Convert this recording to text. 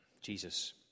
Jesus